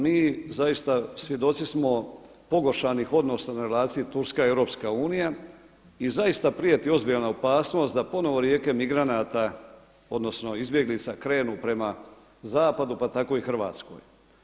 Mi zaista svjedoci smo pogoršanih odnosa na realizaciji Turska-EU i zaista prijeti ozbiljna opasnost da ponovno rijeke migranata odnosno izbjeglica krenu prema zapadu pa tako i Hrvatskoj.